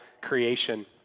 creation